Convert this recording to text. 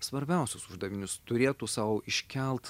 svarbiausius uždavinius turėtų sau iškelt